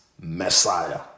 Messiah